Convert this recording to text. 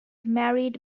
married